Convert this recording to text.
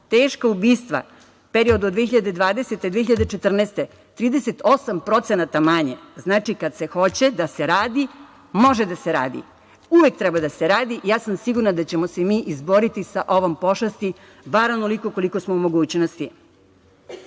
Teška ubistva, period od 2020, 2014. godine 38% manje. Znači kada se hoće da se radi, može da se radi. Uvek treba da se radi. Ja sam sigurna da ćemo se mi izboriti sa ovom pošasti, bar onoliko koliko smo u mogućnosti. Teško